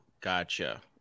gotcha